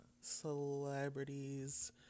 celebrities